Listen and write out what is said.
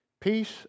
Peace